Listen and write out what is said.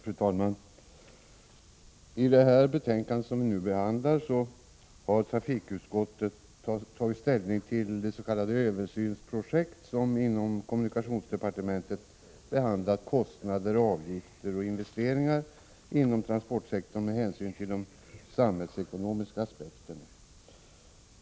Fru talman! I det betänkande vi nu behandlar har trafikutskottet tagit ställning till de s.k. översynsprojekt som inom kommunikationsdepartementet behandlat kostnader, avgifter och investeringar inom transportsektorn med hänsyn till de samhällsekonomiska aspekterna.